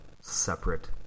separate